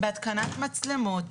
בהתקנת מצלמות,